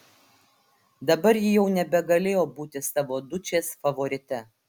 dabar ji jau nebegalėjo būti savo dučės favorite